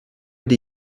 die